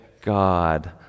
God